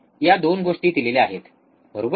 या 2 गोष्टी दिलेल्या आहेत बरोबर